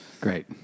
Great